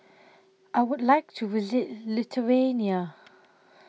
I Would like to visit Lithuania